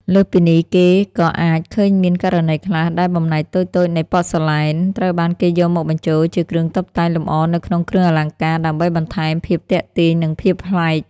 លើសពីនេះ គេក៏អាចឃើញមានករណីខ្លះដែលបំណែកតូចៗនៃប៉សឺឡែនត្រូវបានគេយកមកបញ្ចូលជាគ្រឿងតុបតែងលម្អនៅក្នុងគ្រឿងអលង្ការ ដើម្បីបន្ថែមភាពទាក់ទាញ និងភាពប្លែក។